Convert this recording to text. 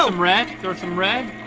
um red, throw some red.